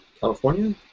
California